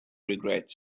regrets